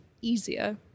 easier